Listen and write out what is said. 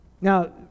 Now